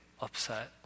upset